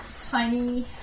Tiny